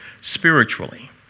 spiritually